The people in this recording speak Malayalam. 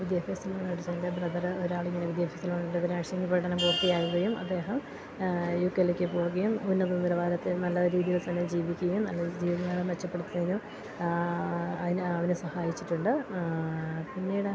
വിദ്യാഭ്യാസ ലോണടച്ചെൻ്റെ ബ്രദറ് ഒരാളിങ്ങനെ വിദ്യാഭ്യാസ ലോണെടുത്ത് നേഴ്സിംഗ് പഠനം പൂർത്തിയാക്കുകയും അദ്ദേഹം യുകെലേക്ക് പോകുകയും ഉന്നത നിലവാരത്തിൽ നല്ല രീതിയിൽ തന്നെ ജീവിക്കുകയും നല്ലൊര് ജീവിതകാലം മെച്ചപ്പെടുത്തുന്നതിന് അതിന് അവര് സഹായിച്ചിട്ടുണ്ട് പിന്നീട്